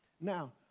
Now